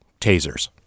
tasers